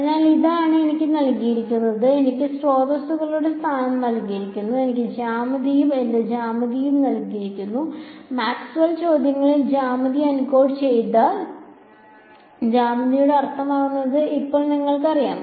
അതിനാൽ ഇതാണ് എനിക്ക് നൽകിയിരിക്കുന്നത് എനിക്ക് സ്രോതസ്സുകളുടെ സ്ഥാനം നൽകിയിരിക്കുന്നു എനിക്ക് ജ്യാമിതിയും എന്റെ ജ്യാമിതിയും നൽകിയിരിക്കുന്നു മാക്സ്വെൽ ചോദ്യങ്ങളിൽ ജ്യാമിതി എൻകോഡ് ചെയ്തിരിക്കുന്ന ജ്യാമിതിയിൽ എന്താണ് അർത്ഥമാക്കുന്നതെന്ന് ഇപ്പോൾ ഞങ്ങൾക്കറിയാം